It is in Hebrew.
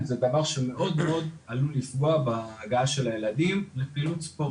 זה דבר שמאוד עלול לפגוע בהגעה של הילדים לפעילות ספורטיבית.